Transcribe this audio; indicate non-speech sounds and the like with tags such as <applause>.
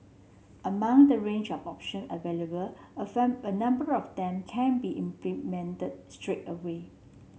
among the range of option available a <unintelligible> a number of them can be implemented straight away